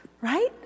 right